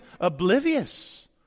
oblivious